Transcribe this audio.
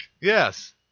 Yes